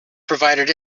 provided